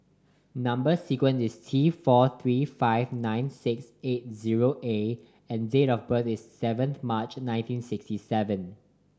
number sequence is T four three five nine six eight zero A and date of birth is seven March nineteen sixty seven